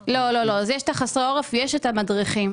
יש את חסרי העורף המשפחתי ויש את המדריכים.